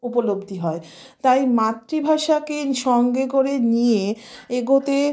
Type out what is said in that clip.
উপলব্ধি হয় তাই মাতৃভাষাকে সঙ্গে করে নিয়ে এগোতে